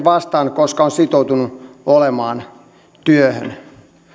vastaan koska on sitoutunut työhön